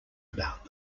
about